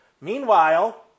Meanwhile